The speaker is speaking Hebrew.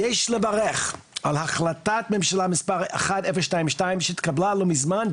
יש לברך על החלטת ממשלה מס' 1022 שהתקבלה לא מזמן,